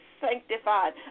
sanctified